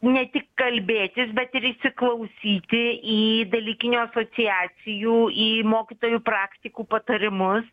ne tik kalbėtis bet ir įsiklausyti į dalykinių asociacijų į mokytojų praktikų patarimus